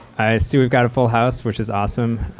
i see we've got a full house, which is awesome.